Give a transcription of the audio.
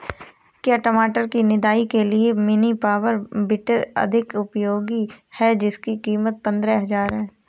क्या टमाटर की निदाई के लिए मिनी पावर वीडर अधिक उपयोगी है जिसकी कीमत पंद्रह हजार है?